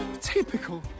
Typical